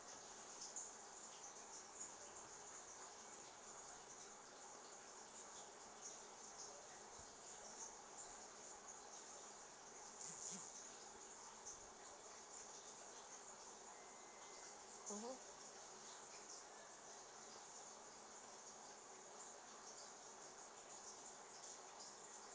mmhmm